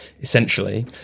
essentially